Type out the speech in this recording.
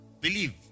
believe